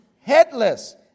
headless